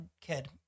kid